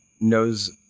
knows